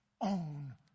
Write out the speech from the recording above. own